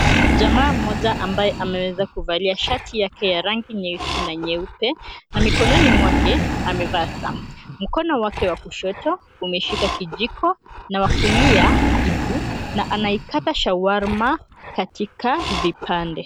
Jamaa mmoja ambaye ameweza kuvalia shati yake ya rangi nyeusi na nyeupe na mkononi mwake amevaa saa. Mkono wake wa kushoto umeshika kijiko na wa kulia kisu, na anaikata shawarma katika vipande.